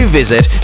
visit